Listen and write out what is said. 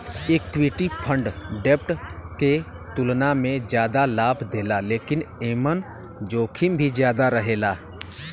equity fund डेब्ट के तुलना में जादा लाभ देला लेकिन एमन जोखिम भी ज्यादा रहेला